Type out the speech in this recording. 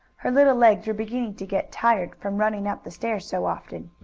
her little legs were beginning to get tired from running up the stairs so often.